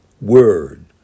word